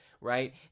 right